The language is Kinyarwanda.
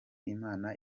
imana